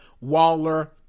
Waller